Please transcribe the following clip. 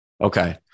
Okay